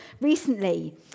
recently